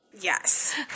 Yes